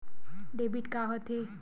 Debit का होथे?